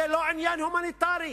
זה לא עניין הומניטרי,